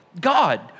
God